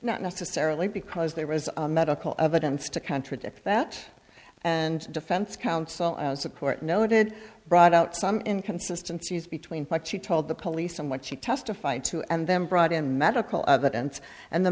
not necessarily because there was a medical evidence to contradict that and defense counsel as the court noted brought out some inconsistency is between what she told the police and what she testified to and then brought in medical evidence and the